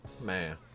Man